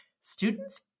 Students